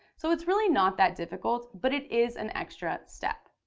so it's really not that difficult, but it is an extra step.